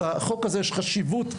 לחוק הזה יש חשיבות,